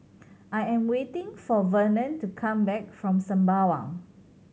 I am waiting for Vernon to come back from Sembawang